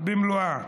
במלואה